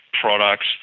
products